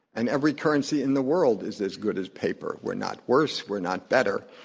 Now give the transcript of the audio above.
and every currency in the world is as good as paper. we're not worse. we're not better.